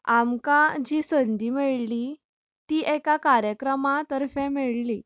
आमकां जी संधी मेळली ती एका कार्यक्रमा तर्फे मेळल्ली